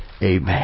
Amen